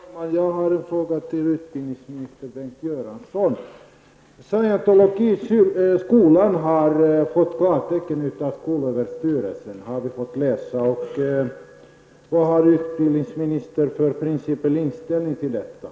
Herr talman! Jag har en fråga till utbildningsminister Bengt Göransson. Scientologiskolan har fått klartecken från skolöverstyrelsen. Det har vi kunnat läsa om.